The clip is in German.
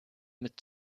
mit